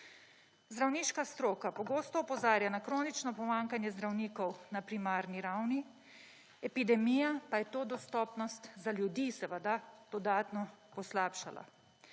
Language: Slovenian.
Zdravniška stroka pogosto opozarja na kronično pomanjkanje zdravnikov na primarni ravni, epidemija pa je to dostopnost, za ljudi seveda, dodatno poslabšala